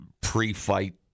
pre-fight